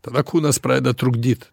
tada kūnas pradeda trukdyt